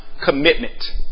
commitment